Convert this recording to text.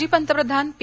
माजी पंतप्रधान पी